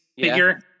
figure